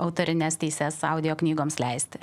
autorines teises audio knygoms leisti